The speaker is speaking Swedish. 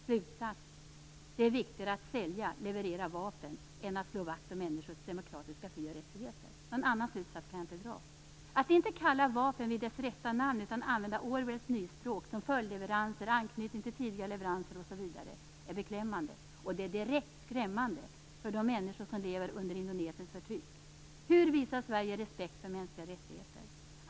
Slutsatsen blir att det är viktigare att sälja och leverera vapen än att slå vakt om människors demokratiska fri och rättigheter. Någon annan slutsats kan jag inte dra. Att inte kalla vapen vid dess rätta namn utan använda Orwells nyspråk som följdleveranser, anknytning till tidigare leveranser osv. är beklämmande, och det är direkt skrämmande för de människor som lever under Indonesiens förtryck. Hur visar Sverige respekt för mänskliga rättigheter?